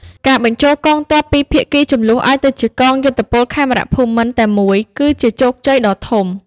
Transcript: ការបញ្ចូលកងទ័ពពីភាគីជម្លោះឱ្យទៅជា "កងយោធពលខេមរភូមិន្ទ" តែមួយ គឺជាជោគជ័យដ៏ធំ។